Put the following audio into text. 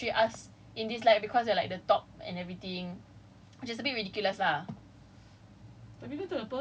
sexual harassment happens everywhere it's just cause that media chooses to portray us in this light cause we're like top and everything